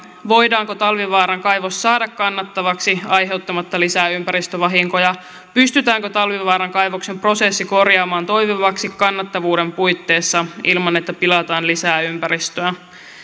voidaanko talvivaaran kaivos saada kannattavaksi aiheuttamatta lisää ympäristövahinkoja pystytäänkö talvivaaran kaivoksen prosessi korjaamaan toimivaksi kannattavuuden puitteissa ilman että pilataan lisää ympäristöä